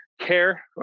care